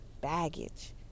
baggage